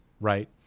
right